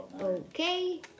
Okay